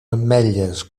ametlles